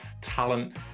talent